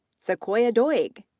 sequoia doig.